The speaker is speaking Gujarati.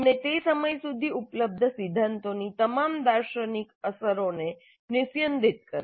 તેમણે તે સમય સુધી ઉપલબ્ધ સિદ્ધાંતોની તમામ દાર્શનિક અસરોને નિસ્યંદિત કરી